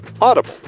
Audible